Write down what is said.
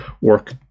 work